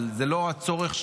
אבל זה לא הצורך שלו,